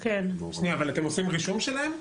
שניה, אבל אתם עושים רישום שלהם?